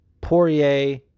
Poirier